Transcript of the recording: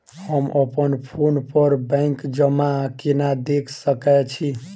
हम अप्पन फोन पर बैंक जमा केना देख सकै छी?